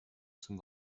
zum